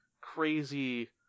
crazy